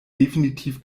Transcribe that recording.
definitiv